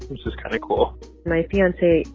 which is kind of cool my fiance,